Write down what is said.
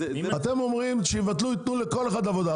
אתם אומרים שיבטלו וייתנו לכל אחד עבודה,